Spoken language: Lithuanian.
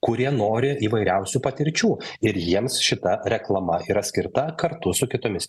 kurie nori įvairiausių patirčių ir jiems šita reklama yra skirta kartu su kitomis